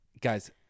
guys